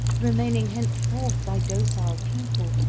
remaining henceforth thy docile pupil,